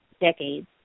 decades